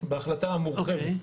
בחברה המורחבת.